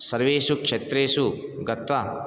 सर्वेषु क्षेत्रेषु गत्वा